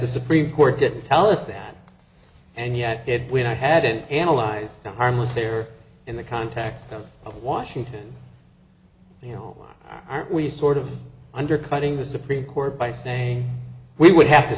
the supreme court didn't tell us that and yet it when i had it analyze them harmless here in the context of washington you know aren't we sort of undercutting the supreme court by saying we would have to